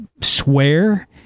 swear